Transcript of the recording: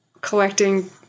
collecting